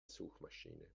suchmaschine